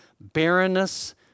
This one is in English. Barrenness